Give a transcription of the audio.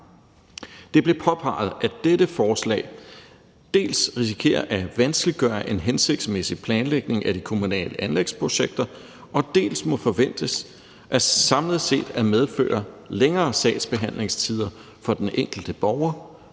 Det blev påpeget, at dette forslag dels risikerer at vanskeliggøre en hensigtsmæssig planlægning af de kommunale anlægsprojekter, dels må forventes samlet set at medføre længere sagsbehandlingstider for den enkelte borger,